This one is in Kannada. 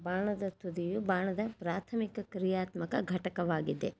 ಬಾಣದ ತುದಿಯು ಬಾಣದ ಪ್ರಾಥಮಿಕ ಕ್ರಿಯಾತ್ಮಕ ಘಟಕವಾಗಿದೆ